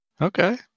Okay